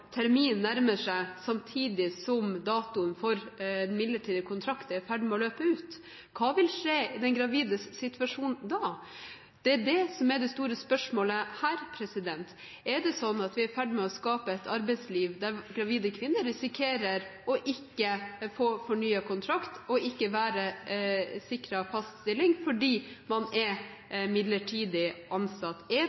terminen nærmer seg, samtidig som datoen for en midlertidig kontrakt er i ferd med å løpe ut? Hva vil skje med den gravides situasjon da? Det er det som er det store spørsmålet her. Er det sånn at vi er i ferd med å skape et arbeidsliv der gravide kvinner risikerer å ikke få fornyet kontrakt og ikke være sikret fast stilling fordi man er midlertidig ansatt? Er